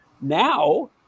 now